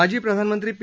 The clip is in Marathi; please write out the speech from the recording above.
माजी प्रधानमंत्री पी